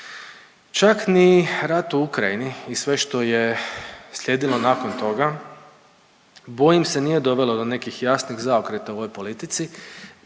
Čak ni rat u Ukrajini i sve što je slijedilo nakon toga bojim se nije dovelo do nekih jasnih zaokreta u ovoj politici